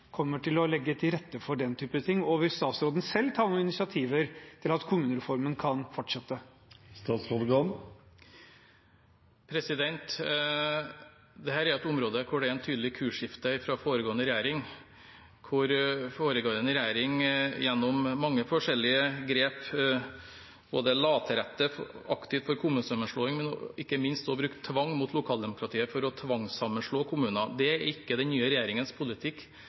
kommer til å legge til rette for den typen ting? Vil statsråden selv ta noen initiativer til at kommunereformen kan fortsette? Dette er et område hvor det er et tydelig kursskifte fra foregående regjering, der foregående regjering gjennom mange forskjellige grep både aktivt la til rette for kommunesammenslåing og ikke minst brukte tvang mot lokaldemokratiet for å tvangssammenslå kommuner. Det er ikke den nye regjeringens politikk,